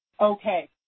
Okay